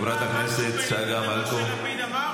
יש לי שאלה: עשית פעם משהו בניגוד למה שלפיד אמר?